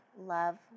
Love